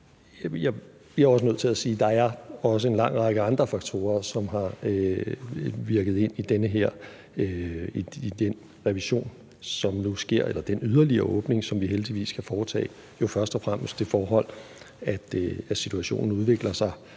at der også er en lang række andre faktorer, som har indvirket på den revision, som nu sker, og den yderligere åbning, som vi heldigvis kan foretage – jo først og fremmest det forhold, at situationen udvikler sig